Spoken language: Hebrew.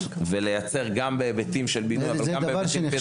וגם לייצר בהיבטים של בינוי ובהיבטים פדגוגיים.